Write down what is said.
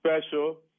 special